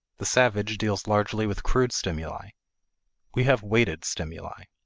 the savage deals largely with crude stimuli we have weighted stimuli.